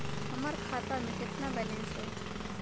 हमर खाता में केतना बैलेंस हई?